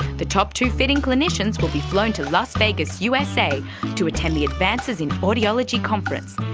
the top two fitting clinicians will be flown to las vegas usa to attend the advances in audiology conference.